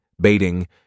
baiting